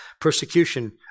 persecution